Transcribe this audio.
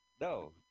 No